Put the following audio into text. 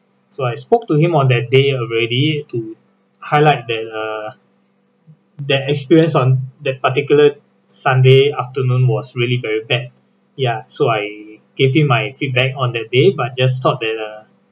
so I spoke to him on that day already to highlight that uh that experience on that particular sunday afternoon was really very bad ya so I gave him my feedback on that day but just thought that uh